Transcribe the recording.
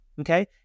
Okay